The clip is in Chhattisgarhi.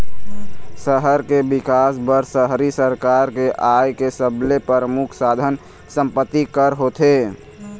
सहर के बिकास बर शहरी सरकार के आय के सबले परमुख साधन संपत्ति कर होथे